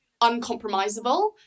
uncompromisable